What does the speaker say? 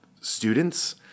students